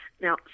now